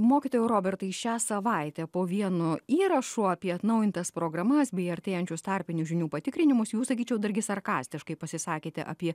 mokytojau robertai šią savaitę po vienu įrašu apie atnaujintas programas bei artėjančius tarpinių žinių patikrinimus jūs sakyčiau dargi sarkastiškai pasisakėte apie